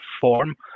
form